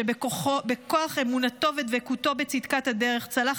שבכוח אמונתו ודבקותו בצדקת הדרך צלח